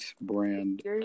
brand